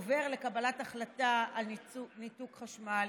עוברת לקבלת החלטה על ניתוק חשמל